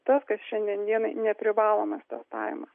tas kas šiandien dienai neprivalomas testavimas